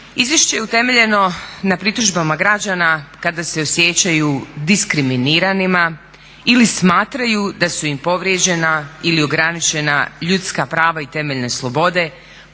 Izvješće je utemeljeno na pritužbama građana kada se osjećaju diskriminiranima ili smatraju da su im povrijeđena ili ograničena ljudska prava i temeljne slobode,